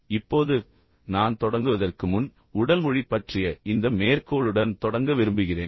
இப்போது நான் தொடங்குவதற்கு முன் உடல் மொழி பற்றிய இந்த மேற்கோளுடன் தொடங்க விரும்புகிறேன்